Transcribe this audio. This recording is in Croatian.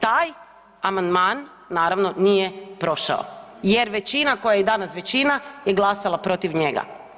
Taj amandman naravno nije prošao jer većina koja je i danas većina je glasala protiv njega.